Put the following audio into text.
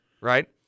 right